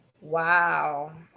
Wow